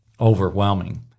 overwhelming